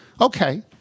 Okay